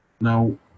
Now